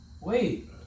wait